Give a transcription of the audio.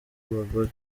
abagore